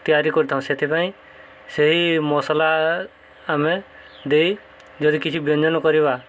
ତିଆରି କରିଥାଉ ସେଥିପାଇଁ ସେହି ମସଲା ଆମେ ଦେଇ ଯଦି କିଛି ବ୍ୟଞ୍ଜନ କରିବା